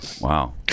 Wow